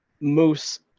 Moose